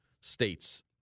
states